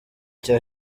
cyo